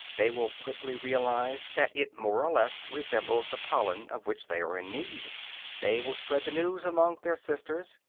they will quickly realize that it more or less resembles the pollen of which they are in need they will spread the news among their sisters,